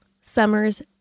summer's